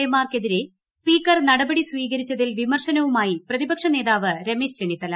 A മാർക്കെതിരെ speaker നടപടി സ്വീകരിച്ചതിൽ വിമർശനവുമായി പ്രതിപക്ഷ നേതാവ് രമേശ് ചെന്നിത്തല